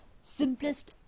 simplest